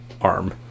arm